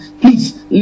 Please